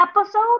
episode